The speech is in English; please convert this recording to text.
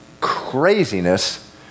craziness